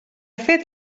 fet